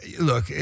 look